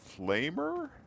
flamer